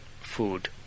food